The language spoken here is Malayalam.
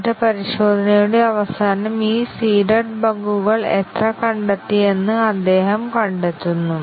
എന്നിട്ട് പരിശോധനയുടെ അവസാനം ഈ സീഡഡ് ബഗുകൾ എത്ര കണ്ടെത്തിയെന്ന് അദ്ദേഹം കണ്ടെത്തുന്നു